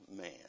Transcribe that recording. man